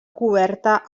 coberta